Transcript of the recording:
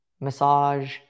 massage